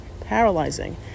paralyzing